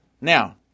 now